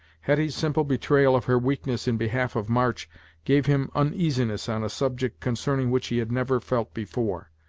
hetty's simple betrayal of her weakness in behalf of march gave him uneasiness on a subject concerning which he had never felt before,